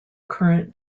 current